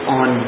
on